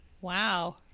wow